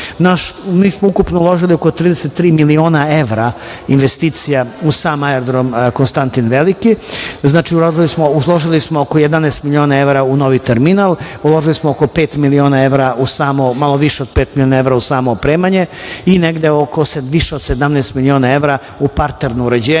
smo ukupno uložili oko 33 miliona evra investicija u sam aerodrom "Konstantin Veliki". Znači, uložili smo oko 11 miliona evra u novi terminal, uložili smo oko pet miliona evra, malo više od pet miliona evra u samo opremanje i više od 17 miliona evra u parterno uređenje.